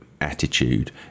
attitude